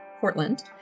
Portland